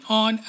on